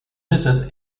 lizards